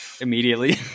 Immediately